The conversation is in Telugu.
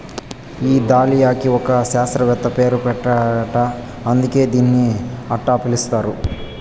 ఈ దాలియాకి ఒక శాస్త్రవేత్త పేరు పెట్టారట అందుకే దీన్ని అట్టా పిలుస్తారు